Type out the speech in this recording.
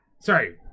Sorry